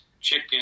chicken